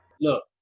Look